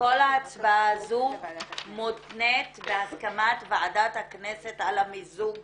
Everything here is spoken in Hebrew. שכל ההצבעה הזו מותנית בהסכמת ועדת הכנסת על המיזוג